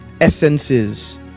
essences